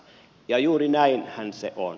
ja juuri näinhän se on